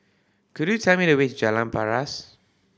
could you tell me the way to Jalan Paras